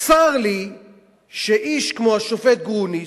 צר לי שאיש כמו השופט גרוניס,